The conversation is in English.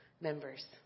members